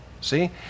See